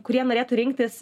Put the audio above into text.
kurie norėtų rinktis